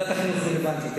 ועדת החינוך רלוונטית.